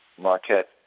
Marquette